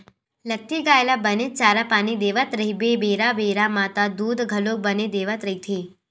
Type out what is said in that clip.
लगती गाय ल बने चारा पानी देवत रहिबे बेरा बेरा म त दूद घलोक बने देवत रहिथे